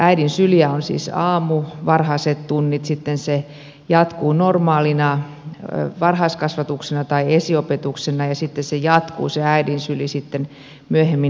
äidin syliä on siis aamu varhaiset tunnit sitten se jatkuu normaalina varhaiskasvatuksena tai esiopetuksena ja sitten jatkuu se äidin syli myöhemmin iltapäivänä